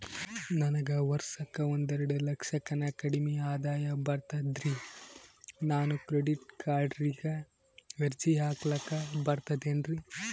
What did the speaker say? ನನಗ ವರ್ಷಕ್ಕ ಒಂದೆರಡು ಲಕ್ಷಕ್ಕನ ಕಡಿಮಿ ಆದಾಯ ಬರ್ತದ್ರಿ ನಾನು ಕ್ರೆಡಿಟ್ ಕಾರ್ಡೀಗ ಅರ್ಜಿ ಹಾಕ್ಲಕ ಬರ್ತದೇನ್ರಿ?